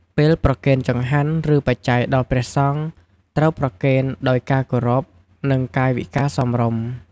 ពេលប្រគេនចង្ហាន់ ឬបច្ច័យដល់ព្រះសង្ឃ ត្រូវប្រគេនដោយការគោរព និងកាយវិការសមរម្យ។